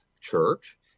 church